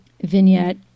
vignette